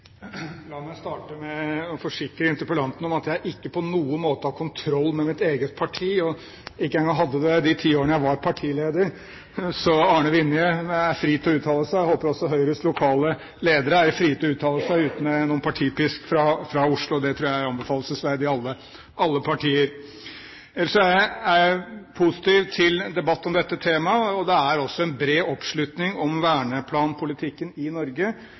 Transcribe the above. La meg starte med å forsikre interpellanten om at jeg ikke på noen måte har kontroll med mitt eget parti – og ikke engang hadde det i de ti årene jeg var partileder. Så Arne Vinje er fri til å uttale seg, og jeg håper også at Høyres lokale ledere er frie til å uttale seg uten noen partipisk fra Oslo. Det tror jeg er anbefalelsesverdig i alle partier. Ellers er jeg positiv til en debatt om dette temaet. Det er altså en bred oppslutning om verneplanpolitikken i Norge.